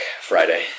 Friday